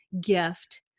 gift